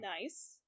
Nice